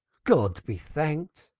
god be thanked!